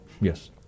yes